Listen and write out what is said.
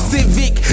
Civic